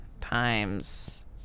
times